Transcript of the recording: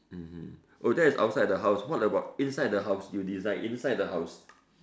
mmhmm oh that's outside the house what about inside the house you design inside the house